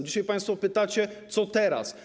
Dzisiaj państwo pytacie: Co teraz?